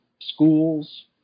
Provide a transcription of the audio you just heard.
schools